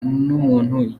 n’umuntu